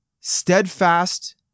Steadfast